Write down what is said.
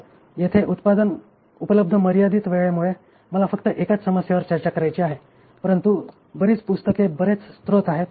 तर हे येथे उपलब्ध मर्यादित वेळेमुळे मला फक्त एकाच समस्येवर चर्चा करायची आहे परंतु बरीच पुस्तके बरेच स्त्रोत आहेत